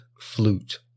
flute